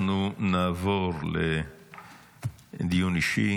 אנחנו נעבור לדיון אישי.